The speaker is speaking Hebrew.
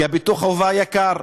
כי ביטוח החובה יקר.